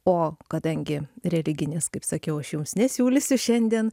o kadangi religinės kaip sakiau aš jums nesiūlysiu šiandien